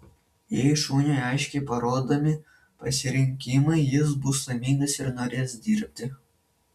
jei šuniui aiškiai parodomi pasirinkimai jis bus laimingas ir norės dirbti